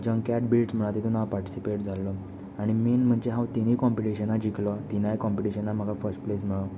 junk at bits म्हूण आसा तातूंत पार्टिसीपेट जाल्लो आनी मेन म्हणजे हांव तिनूय कंपिटिशनां जिखलों तिनांय कंपिटिशनां म्हाका फस्ट प्लेस मेयळो